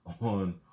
on